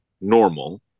normal